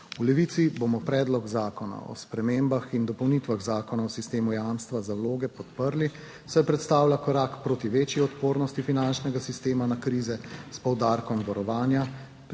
V Levici bomo Predlog zakona o spremembah in dopolnitvah Zakona o sistemu jamstva za vloge podprli, saj predstavlja korak proti večji odpornosti finančnega sistema na krize s poudarkom varovanja